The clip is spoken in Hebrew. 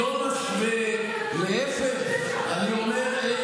מכל הדברים זה מה,